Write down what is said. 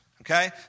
okay